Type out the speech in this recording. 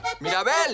Mirabel